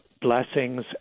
blessings